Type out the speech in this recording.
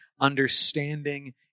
understanding